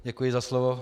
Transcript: Děkuji za slovo.